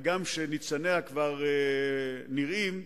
הגם שניצניה כבר נראים,